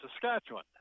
Saskatchewan